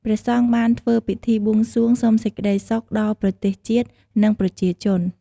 ព្រះសង្ឃបានធ្វើពិធីបួងសួងសុំសេចក្តីសុខដល់ប្រទេសជាតិ និងប្រជាជន។